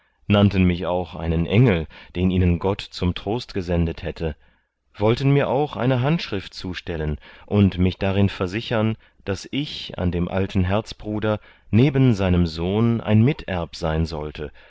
nennten mich auch einen engel den ihnen gott zum trost gesendet hätte wollten mir auch eine handschrift zustellen und mich darin versichern daß ich an dem alten herzbruder neben seinem sohn ein miterb sein sollte